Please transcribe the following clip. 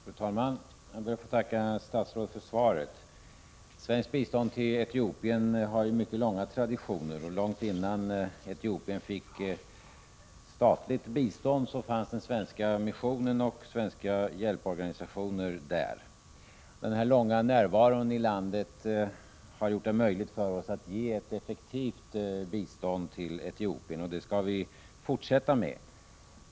Fru talman! Jag ber att få tacka statsrådet för svaret. Sveriges bistånd till Etiopien har mycket långa traditioner. Långt innan Etiopien fick statligt bistånd fanns den svenska missionen och svenska hjälporganisationer där. Denna långa närvaro i landet har gjort det möjligt för oss att ge effektivt bistånd till Etiopien, och det skall vi fortsätta med.